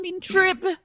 trip